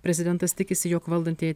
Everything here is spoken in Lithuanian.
prezidentas tikisi jog valdantie